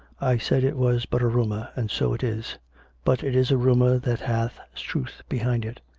i said it was but a rumour, and so it is but it is a rumour that hath truth behind it.